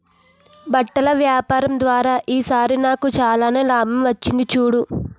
బట్టల వ్యాపారం ద్వారా ఈ సారి నాకు చాలానే లాభం వచ్చింది చూడు